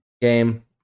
game